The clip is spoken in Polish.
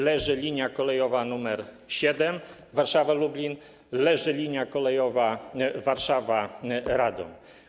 Leży linia kolejowa nr 7 Warszawa - Lublin, leży linia kolejowa Warszawa - Radom.